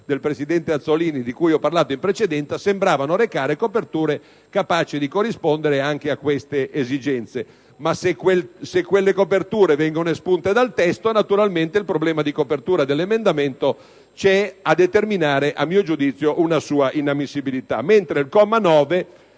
del presidente Azzollini, di cui ho parlato in precedenza), sembravano recare coperture capaci di corrispondere anche a queste esigenze. Se però quelle coperture vengono espunte dal testo, naturalmente il problema di copertura dell'emendamento esiste e determina, a mio giudizio, una sua inammissibilità.